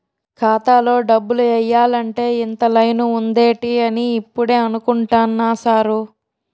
ఖాతాలో డబ్బులు ఎయ్యాలంటే ఇంత లైను ఉందేటి అని ఇప్పుడే అనుకుంటున్నా సారు